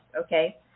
okay